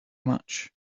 much